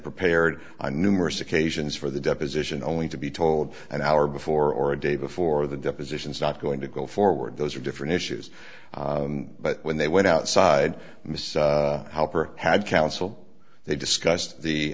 prepared numerous occasions for the deposition only to be told an hour before or a day before the depositions not going to go forward those are different issues but when they went outside mister had counsel they discuss